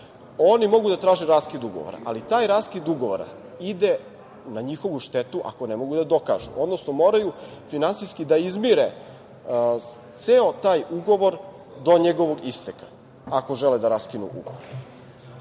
oni mogu da traže raskid ugovora, ali taj raskid ugovora ide na njihovu štetu ako ne mogu da dokažu, odnosno moraju finansijski da izmire ceo taj ugovor do njegovog isteka, ako žele da raskinu ugovor.